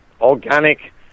organic